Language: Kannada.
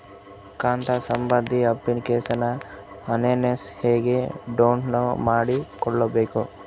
ಖಾತಾ ಸಂಬಂಧಿ ಅಪ್ಲಿಕೇಶನ್ ಆನ್ಲೈನ್ ಹೆಂಗ್ ಡೌನ್ಲೋಡ್ ಮಾಡಿಕೊಳ್ಳಬೇಕು?